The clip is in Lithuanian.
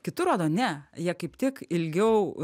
kitur rodo ne jie kaip tik ilgiau